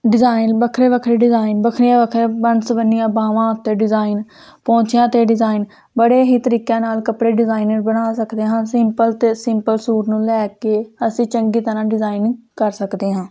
design ਵੱਖਰੇ ਵੱਖਰੇ design ਵੱਖਰੀਆਂ ਵੱਖਰੀਆਂ ਵੰਨ ਸਵੰਨੀਆਂ ਬਾਹਵਾਂ ਉੱਤੇ ਡਿਜ਼ਾਇਨ ਪੋਂਚਿਆਂ 'ਤੇ ਡਿਜ਼ਾਇਨ ਬੜੇ ਹੀ ਤਰੀਕਿਆਂ ਨਾਲ ਕੱਪੜੇ ਡਿਜ਼ਾਇਨਰ ਬਣਾ ਸਕਦੇ ਹਾਂ ਸਿੰਪਲ ਅਤੇ ਸਿੰਪਲ ਸੂਟ ਨੂੰ ਲੈ ਕੇ ਅਸੀਂ ਚੰਗੀ ਤਰ੍ਹਾਂ ਡਿਜ਼ਾਇਨ ਕਰ ਸਕਦੇ ਹਾਂ